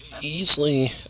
Easily